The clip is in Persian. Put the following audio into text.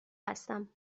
هستم